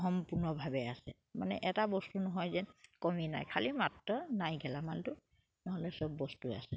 সম্পূৰ্ণভাৱে আছে মানে এটা বস্তু নহয় যে কমি নাই খালী মাত্ৰ নাই গেলামানটো নহ'লে চব বস্তু আছে